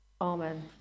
amen